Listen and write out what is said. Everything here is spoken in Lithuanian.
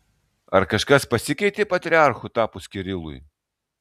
ar kažkas pasikeitė patriarchu tapus kirilui